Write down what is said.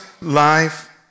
life